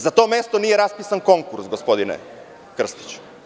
Za to mesto nije raspisan konkurs, gospodine Krstiću.